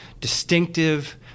distinctive